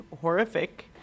horrific